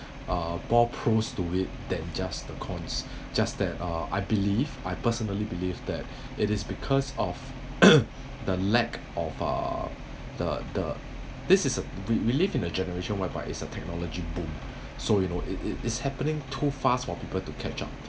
uh more pros to it than just the cons just that uh I believe I personally believe that it is because of the lack of uh the the this is we we live in a generation whereby it's a technology boom so you know it it is happening too fast for people to catch up